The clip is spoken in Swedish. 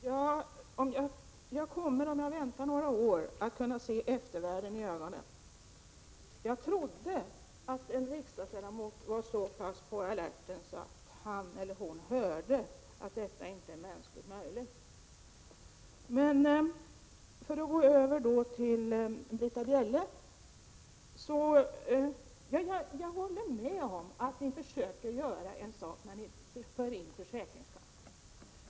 Fru talman! Jag kommer, om jag väntar några år, att kunna se eftervärlden i ögonen? Jag trodde att en riksdagsledamot var så pass på alerten att han eller hon hörde att jag sade att detta inte är mänskligt möjligt. För att övergå till att bemöta Britta Bjelle vill jag säga att jag håller med om att ni försöker göra något, när ni för in försäkringskassorna.